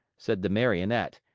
said the marionette,